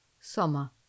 summer